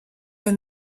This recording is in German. der